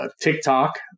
TikTok